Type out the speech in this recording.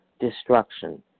destruction